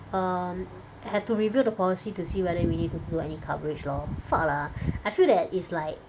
um have to review the policy to see whether we need to do any coverage lor fuck lah I feel that it's like